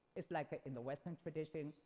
it's like in the western tradition,